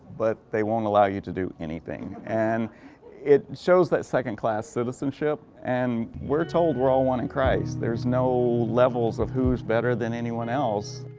but they won't allow you to do anything. and it shows that second class citizenship. and we're told we're all one in christ. there's no levels of who's better than anyone else.